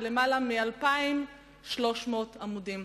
ולמעלה מ-2,300 עמודים.